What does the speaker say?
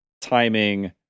timing